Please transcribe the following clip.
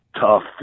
tough